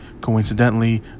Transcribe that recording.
coincidentally